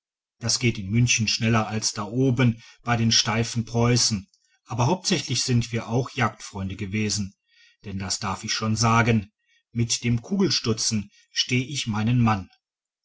das geht in münchen schneller als da oben bei den steifen preußen aber hauptsächlich sind wir auch jagdfreunde gewesen denn das darf ich schon sagen mit dem kugelstutzen steh ich meinen mann